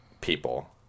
people